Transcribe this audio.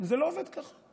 זה לא עובד ככה.